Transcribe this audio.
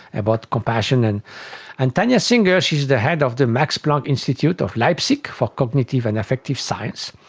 about compassion, and and tania singer, she is the head of the max planck institute of leipzig for cognitive and affective science.